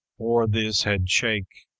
or this head-shake,